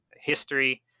history